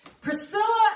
Priscilla